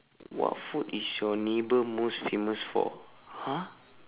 what food is your neighbour most famous for !huh!